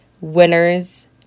winners